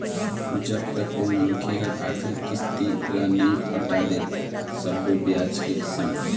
जब तक ओ मनखे ह आखरी किस्ती ल नइ पटा दे सब्बो बियाज के संग